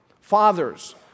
Fathers